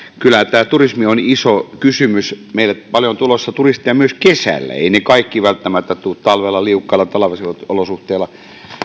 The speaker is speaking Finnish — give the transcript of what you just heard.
kyllähän tämä turismi on iso kysymys meille on tulossa paljon turisteja myös kesällä eivät ne kaikki välttämättä tule talvella liukkaissa talvisissa olosuhteissa